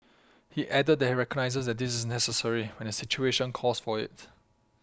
he added that he recognises that this is necessary when the situation calls for it